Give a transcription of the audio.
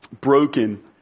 broken